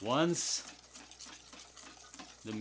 once the